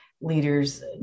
leaders